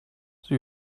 sie